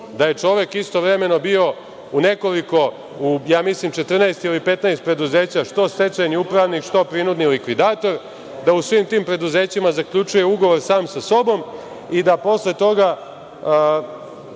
da je čovek istovremeno bio u nekoliko, u 14 ili 15 preduzeća, što stečajni upravnik, što prinudi likvidator, da u svim tim preduzećima zaključuje ugovor sam sa sobom i da posle toga